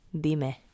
Dime